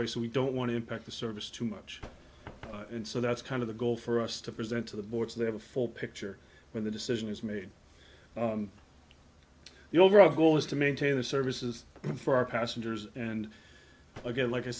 way so we don't want to impact the service too much and so that's kind of the goal for us to present to the board so they have a full picture when the decision is made the overall goal is to maintain the services for our passengers and again like i